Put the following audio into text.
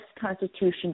Constitution